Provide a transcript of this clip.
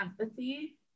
empathy